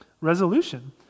resolution